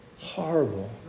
horrible